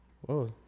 Whoa